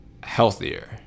healthier